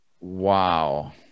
Wow